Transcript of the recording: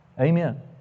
Amen